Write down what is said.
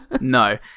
No